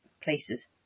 places